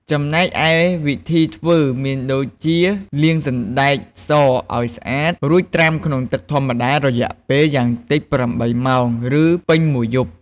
ចំំណែកឯវីធីធ្វើមានដូចជា លាងសណ្តែកសឱ្យស្អាត រួចត្រាំក្នុងទឹកធម្មតារយៈពេលយ៉ាងតិច ៨ ម៉ោង ឬពេញមួយយប់។